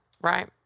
right